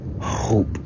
hope